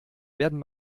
werden